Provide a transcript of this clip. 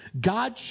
God